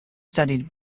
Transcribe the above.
studied